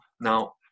Now